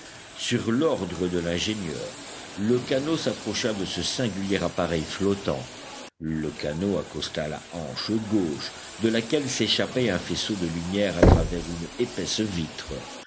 sur l'ordre de l'ingénieur le canot s'approcha de ce singulier appareil flottant le canot accosta la hanche gauche de laquelle s'échappait un faisceau de lumière à travers une épaisse vitre